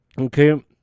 okay